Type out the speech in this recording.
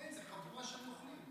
אין, זה חבורה של נוכלים.